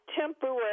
temporary